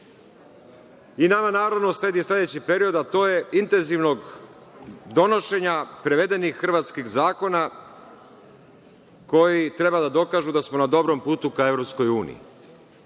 nama sledi sledeći period a to je intenzivnog donošenja prevedenih hrvatskih zakona koji treba da dokažu da smo na dobrom putu ka EU. To je